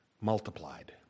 multiplied